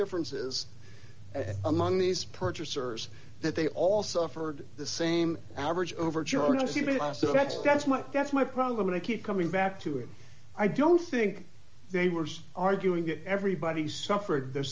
differences among these purchasers that they all suffered the same average overcharges even so that's that's my that's my problem and i keep coming back to it i don't think they were arguing that everybody suffered the